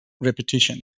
repetition